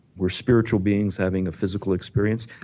we're spiritual beings having a physical experience.